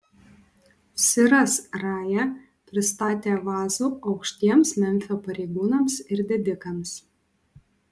siras raja pristatė vazų aukštiems memfio pareigūnams ir didikams